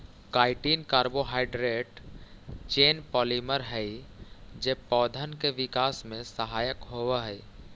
chitin carbohydrate chain polymer हई जे पौधन के विकास में सहायक होवऽ हई